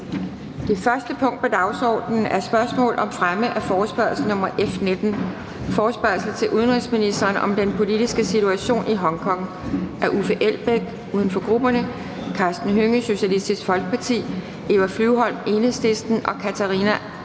Det første punkt på dagsordenen er: 1) Spørgsmål om fremme af forespørgsel nr. F 19: Forespørgsel til udenrigsministeren om den politiske situation i Hong Kong. Af Uffe Elbæk (UFG), Karsten Hønge (SF), Eva Flyvholm (EL) og Katarina